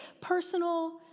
personal